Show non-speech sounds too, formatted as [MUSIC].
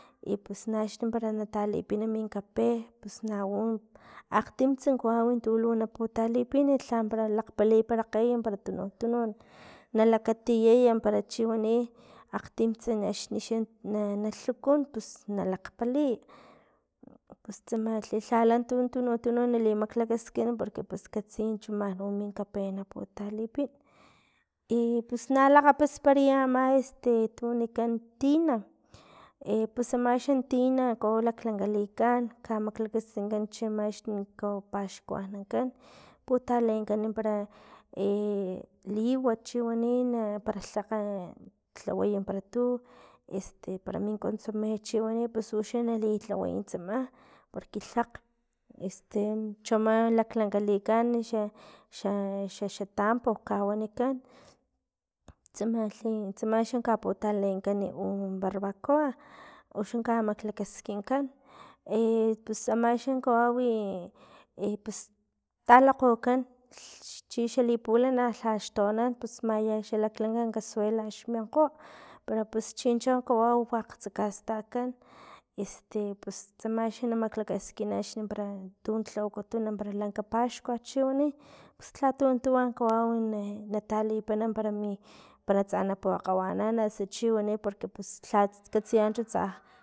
I pus na akxni na talipina mi kape pus nau, akgtimtsa kawau tu na putalipin lha para lakgpaliparay para tunuk tunuk [NOISE] na lakatiyay para chiwani akgtimtsa na xa na- na lhukun pus nalakgpaliy, pus tsamalh lhala tununk tunuk nali maklakaskin porque pus katsiy chu man u min kape na putalipin [NOISE] i pus na lakgapasparaya no este tu wanikan tina [HESITATION] pus amaxan tina kawau lanka likan kamaklakaskinkan chino axni kawau paxkuanankan pus talenkan para [HESITATION] liwat chiwani no para lha tlakga lhawaya para tu este para mi consome chiwani pus uxa nali tlawaya tsama porque tlakg [NOISE] este chono laklanka likan xa- xa- xa- xa tambo kawanikan tsamalhi tsama xa kaputalenkan u barbacoa uxan kamaklakaskinkan [HESITATION] pus amaxa kawawi i pus talakgokgan lh chixa pulana lhaxtoanan pus maya xa laklanka casuela xminkgo, pero pus chincho kawau wakgtsa kastajkan, este pus tsama xa namaklakaskin axni para tun lhawakutun para lanka paxkua chiwani. pus lhatun tuwa kawau e na- natalipin para mi para tsa na pokgawanan osu chiwani porque pus [NOISE] ka- katsiya chu tsa.